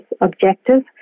objective